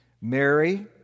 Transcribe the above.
Mary